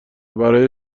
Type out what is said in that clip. برای